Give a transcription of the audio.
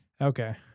Okay